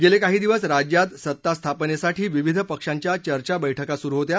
गेले काही दिवस राज्यात सत्ता स्थापनेसाठी विविध पक्षांच्या चर्चा बैठका सुरु होत्या